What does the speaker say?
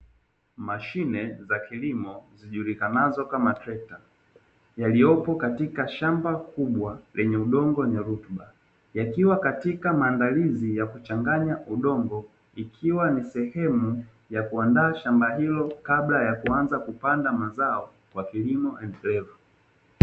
Mashine za kilimo zijukikanazo kama trekta yaliyopo katika shamba kubwa lenye udongo wenye rutuba. Yakiwa katika maandalizi ya kuchanganya udongo, ikiwa ni sehemu ya kuandaa shamba hilo kabla ya kuanza kupanda mazao kwa kilimo endelevu.